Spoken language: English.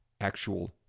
actual